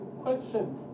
Question